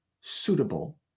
suitable